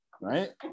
right